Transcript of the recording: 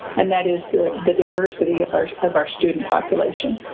and that is the diversity of our of our student population.